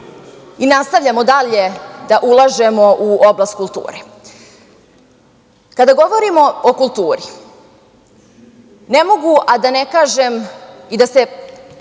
Nastavljamo dalje da ulažemo u oblast kulture. Kada govorimo o kulturi, ne mogu a da ne kažem i da se